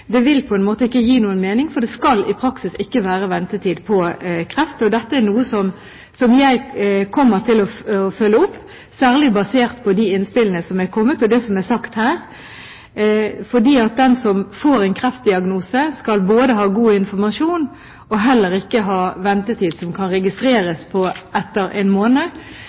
vil på en måte ikke gi noen mening, for det skal i praksis ikke være ventetid knyttet til kreft. Dette er noe jeg kommer til å følge opp, særlig basert på de innspillene som er kommet, og det som er sagt her, for den som får en kreftdiagnose, skal ha god informasjon, og det skal heller ikke være ventetid som kan registreres etter en måned.